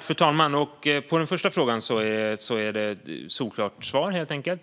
Fru talman! På den första frågan är svaret solklart: